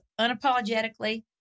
unapologetically